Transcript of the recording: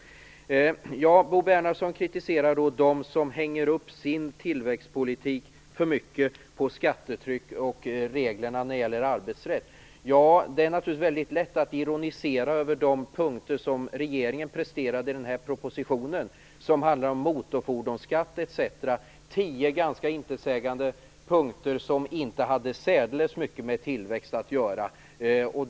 Bo Bernhardsson kritiserar de som hänger upp sin tillväxtpolitik för mycket på skattetryck och reglerna på arbetsrättens område. Det är naturligtvis mycket lätt att ironisera över de punkter som regeringen presenterade i den här propositionen som handlar om motorfordonsskatt etc. Det var tio ganska intetsägande punkter som inte hade särdeles mycket med tillväxt att göra.